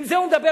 עם זה הוא מדבר,